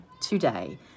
today